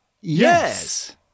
Yes